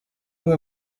vous